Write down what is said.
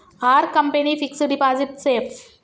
Are company fixed deposit safe?